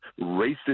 racist